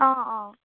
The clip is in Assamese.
অঁ অঁ